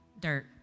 dirt